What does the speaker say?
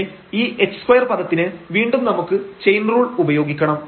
ഇവിടെ ഈ h2 പദത്തിന് വീണ്ടും നമുക്ക് ചെയിൻ റൂൾ ഉപയോഗിക്കണം